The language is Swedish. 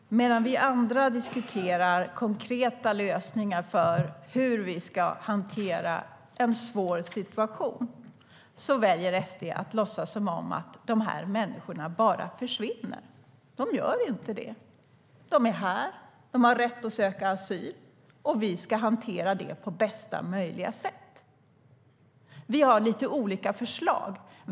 Herr talman! Medan vi andra diskuterar konkreta lösningar för hur vi ska hantera en svår situation väljer SD att låtsas som om de här människorna bara försvinner. De gör inte det. De är här, de har rätt att söka asyl och vi ska hantera det på bästa möjliga sätt. Vi har lite olika förslag.